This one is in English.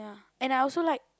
and I also like